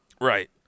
right